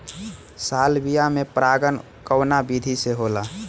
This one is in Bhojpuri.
सालविया में परागण कउना विधि से होला?